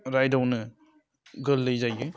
रायदावनो गोरलै जायो